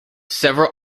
several